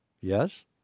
Yes